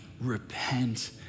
repent